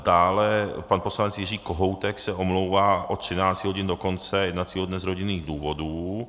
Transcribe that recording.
Dále pan poslanec Jiří Kohoutek se omlouvá od 13 hodin do konce jednacího dne z rodinných důvodů.